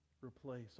Replace